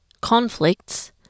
conflicts